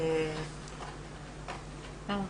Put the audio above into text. אגב,